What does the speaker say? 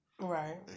Right